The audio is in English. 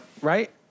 Right